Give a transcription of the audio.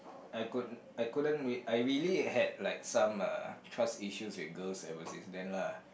I coul~ I couldn't I really like had some uh trust issues with girls ever since then lah